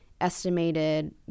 estimated